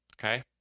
Okay